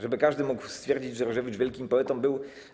Żeby każdy mógł stwierdzić, że Różewicz wielkim poetą był?